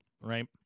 right